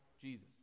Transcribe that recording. Jesus